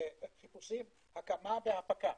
הקמה והפקה.